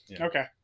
Okay